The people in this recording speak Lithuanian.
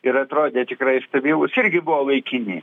ir atrodė tikrai stabilūs irgi buvo laikini